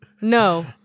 No